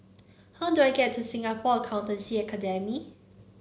how do I get to Singapore Accountancy Academy